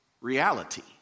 reality